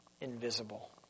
invisible